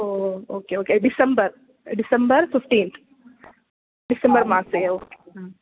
ओ okay okay December December fifteenth December मासे okay